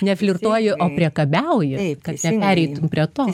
ne flirtuoji o priekabiauji kad nepereitum prie to